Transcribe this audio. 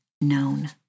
known